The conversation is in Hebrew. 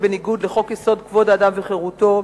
בניגוד לחוק-יסוד: כבוד האדם וחירותו,